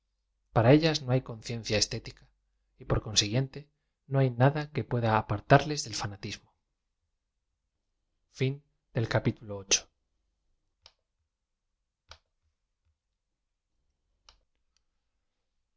ara ellas no hay conciencia estética y por consiguiente no hay nada que pueda apartarles del fanatismo